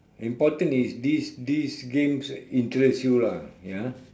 important is this this games interest you lah ya